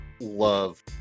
love